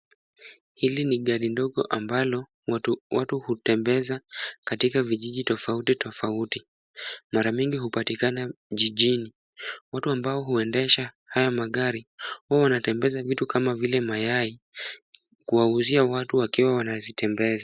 Hili ni gari ndogo ambalo watu hutembeza katika vijiji tofauti tofauti. Mara mingi hupatikana jijini. Watu ambao huendesha haya magari, huwa wanatembeza vitu kama vile mayai, kuwauzia watu wakiwa wanazitembeza.